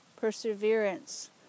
perseverance